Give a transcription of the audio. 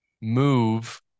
move